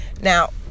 Now